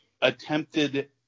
attempted